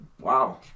wow